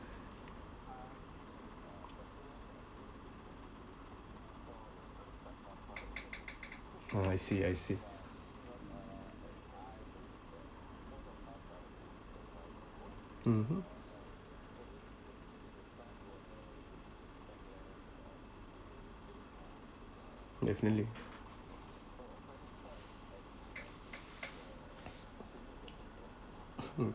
oh I see I see mmhmm definitely